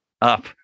up